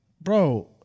Bro